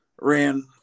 ran